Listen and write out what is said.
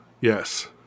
yes